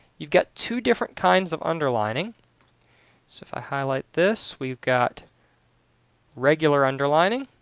you've got two different kinds of underlining so if i highlight this, we've got regular underlining